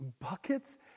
buckets